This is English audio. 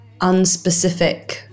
unspecific